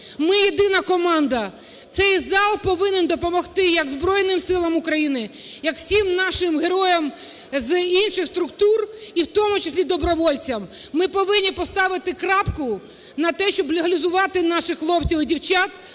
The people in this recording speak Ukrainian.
Ми - єдина команда, цей зал повинен допомогти як Збройним Силам України, як всім нашим героям з інших структур, і в тому числі добровольцям. Ми повинні поставити крапку на те, щоб легалізувати наших хлопців і дівчат